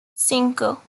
cinco